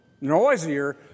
Noisier